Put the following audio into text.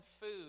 food